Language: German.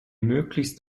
möglichst